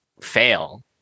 fail